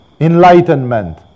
enlightenment